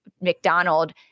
mcdonald